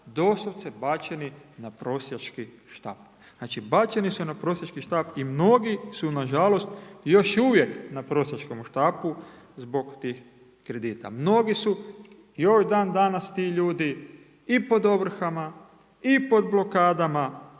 doslovce bačeni na prosjački štap. Znači bačeni su na prosjački štap i mnogi su nažalost još uvijek na prosjačkomu štapu zbog tih kredita. Mnogi su, još dan danas ti ljudi i pod ovrhama i pod blokadama